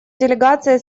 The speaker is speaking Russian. делегация